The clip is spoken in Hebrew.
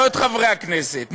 לא את חברי הכנסת,